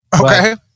Okay